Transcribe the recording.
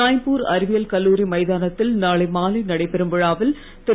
ராய்ப்பூர் அறிவியல் கல்லூரி மைதானத்தில் நாளை மாலை நடைபெறும் விழாவில் திரு